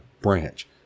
branch